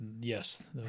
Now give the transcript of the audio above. Yes